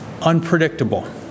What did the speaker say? unpredictable